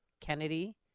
Kennedy